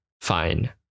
fine